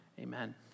Amen